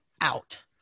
out